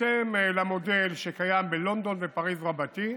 בהתאם למודל שקיים בלונדון ופריז רבתי,